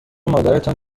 مادرتان